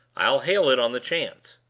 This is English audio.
i'll hail it, on the chance.